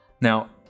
Now